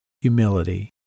humility